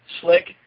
Slick